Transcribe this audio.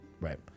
right